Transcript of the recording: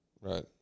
right